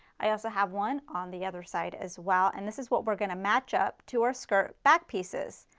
i also have one on the other side as well, and this is what we're going to match up to our skirt back pieces.